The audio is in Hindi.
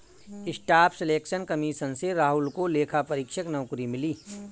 स्टाफ सिलेक्शन कमीशन से राहुल को लेखा परीक्षक नौकरी मिली